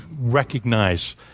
recognize